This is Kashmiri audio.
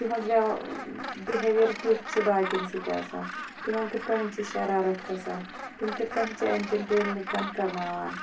تِہُنٛد بِہیویَر کیُتھ چھِ باقِیَن سۭتۍ آسان تِمَن کِتھ کٔنٮ۪تھ چھِ شرارَتھ کھسان تِم کِتھ کٲٹھٮ۪ن چھِ اٮ۪نٹَنٹین لٕکَن کَرناوان